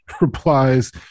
replies